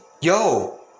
Yo